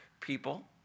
people